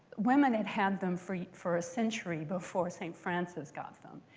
women had had them for yeah for a century before saint francis got them.